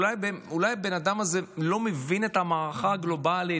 אולי הבן אדם הזה לא מבין את המערכה גלובלית,